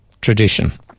tradition